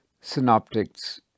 synoptics